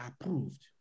approved